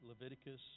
Leviticus